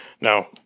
Now